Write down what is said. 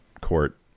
court